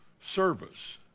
service